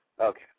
Okay